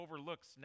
overlooks